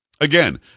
Again